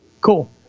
Cool